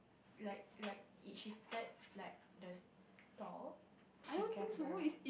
like like it shifted like the store to Canberra